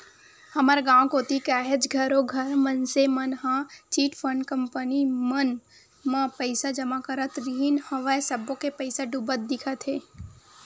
हमर गाँव कोती काहेच घरों घर मनसे मन ह चिटफंड कंपनी मन म पइसा जमा करत रिहिन हवय सब्बो के पइसा डूबत दिखत हे